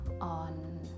on